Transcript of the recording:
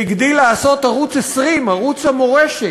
והגדיל לעשות ערוץ 20, ערוץ המורשת,